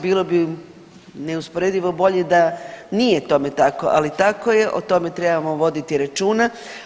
Bilo bi neusporedivo bolje da nije tome tako, ali tako je, o tome trebamo voditi računa.